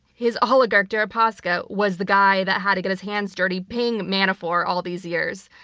his oligarch deripaska was the guy that had to get his hands dirty paying manafort all these years.